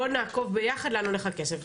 בוא נעקוב ביחד לאן הולך הכסף.